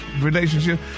relationship